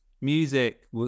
music